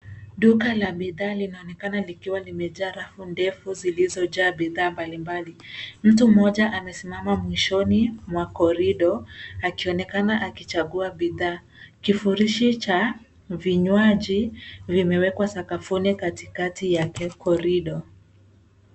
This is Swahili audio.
Duka la bidhaa linaonekana likiwa limejaa rafu ndefu zilizojaa bidhaa mbalimbali. Mtu mmoja amesimama mwishoni mwa korido akionekana akichagua bidhaa. Kifurushi cha vinywaji vimewekwa sakafuni katikati ya korido.